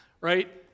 Right